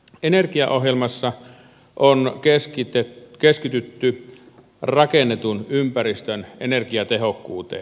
energiaohjelmassa on keskitytty rakennetun ympäristön energiatehokkuuteen